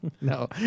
No